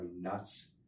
nuts